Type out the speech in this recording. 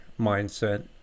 mindset